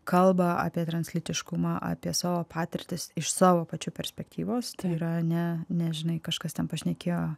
kalba apie translytiškumą apie savo patirtis iš savo pačių perspektyvos tai yra ne nežinai kažkas ten pašnekėjo